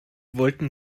wollten